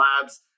labs